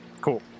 cool